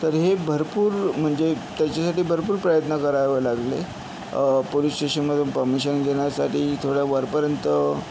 तर हे भरपूर म्हणजे त्याच्यासाठी भरपूर प्रयत्न करावं लागले पोलिस स्टेशनमधून परमिशन घेण्यासाठी थोड्या वरपर्यंत